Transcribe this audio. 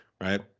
Right